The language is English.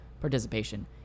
participation